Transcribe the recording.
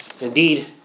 Indeed